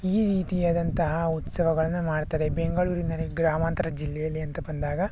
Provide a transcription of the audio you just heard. ಈ ರೀತಿಯಾದಂತಹ ಉತ್ಸವಗಳನ್ನು ಮಾಡ್ತಾರೆ ಬೆಂಗಳೂರಿನಲ್ಲಿ ಗ್ರಾಮಾಂತರ ಜಿಲ್ಲೆಯಲ್ಲಿ ಅಂತ ಬಂದಾಗ